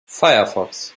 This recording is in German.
firefox